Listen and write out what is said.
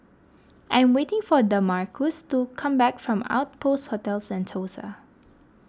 I am waiting for Damarcus to come back from Outpost Hotel Sentosa